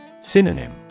Synonym